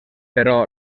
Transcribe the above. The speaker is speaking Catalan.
però